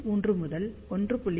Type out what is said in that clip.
73 முதல் 1